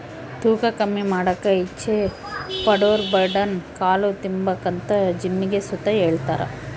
ತೂಕ ಕಮ್ಮಿ ಮಾಡಾಕ ಇಚ್ಚೆ ಪಡೋರುಬರ್ನ್ಯಾಡ್ ಕಾಳು ತಿಂಬಾಕಂತ ಜಿಮ್ನಾಗ್ ಸುತ ಹೆಳ್ತಾರ